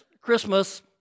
Christmas